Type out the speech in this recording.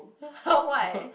how what